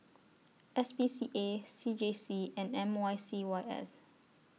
S P C A C J C and M Y C Y S